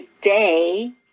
today